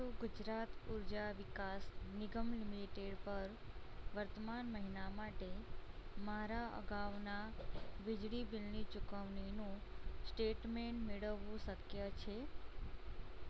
શું ગુજરાત ઊર્જા વિકાસ નિગમ લિમિટેડ પર વર્તમાન મહિના માટે મારા અગાઉના વીજળી બિલની ચૂકવણીનું સ્ટેટમેન્ટ મેળવવું શક્ય છે